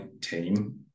team